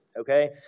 Okay